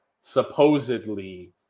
supposedly